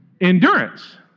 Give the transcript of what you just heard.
endurance